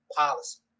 policy